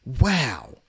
wow